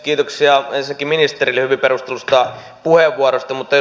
kiitoksia ensinnäkin ministerille hyvin perustellusta puheenvuorosta